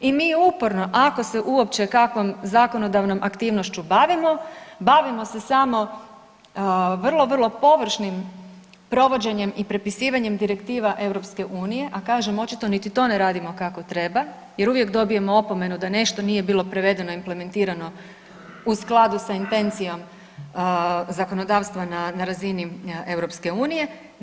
I mi uporno ako se uopće kakvom zakonodavnom aktivnošću bavimo, bavimo se samo vrlo, vrlo površnim provođenjem i prepisivanjem direktiva EU-a a kažem, očito niti to ne radimo kako treba jer uvijek dobijemo opomenu da nešto nije bilo provedeno, implementirano, u skladu sa intencijom zakonodavstva na razini EU-a.